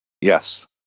Yes